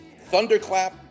Thunderclap